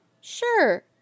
Sure